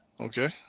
Okay